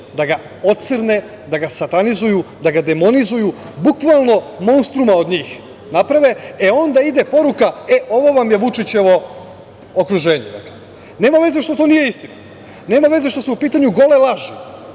da ga ocrne, da ga satanizuju, da ga demonizuju, bukvalno monstruma od njih naprave, e onda ime poruka – ovo vam je Vučićevo okruženje. Nema veze što to nije istina, nema veze što su u pitanju gole laži,